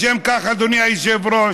לשם כך, אדוני היושב-ראש,